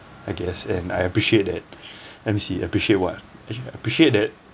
I guess and I appreciate that let me see appreciate what appreciate that